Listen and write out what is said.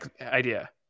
idea